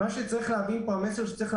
המסר שצריך להעביר פה הוא זה: